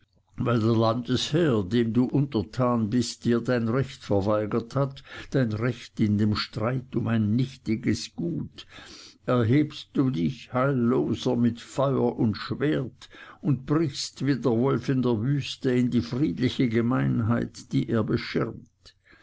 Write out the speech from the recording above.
der landesherr dir dem du untertan bist dein recht verweigert hat dein recht in dem streit um ein nichtiges gut erhebst du dich heilloser mit feuer und schwert und brichst wie der wolf der wüste in die friedliche gemeinheit die er beschirmt